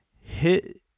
hit